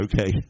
okay